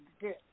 Good